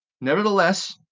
Nevertheless